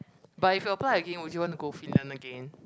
but if you apply again would you want to go Finland again